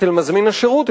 אצל מזמין השירות,